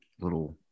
little